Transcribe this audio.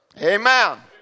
Amen